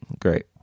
great